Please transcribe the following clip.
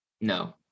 No